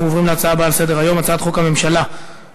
אנחנו עוברים להצעה הבאה בסדר-היום: הצעת חוק הממשלה (תיקון,